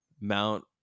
mount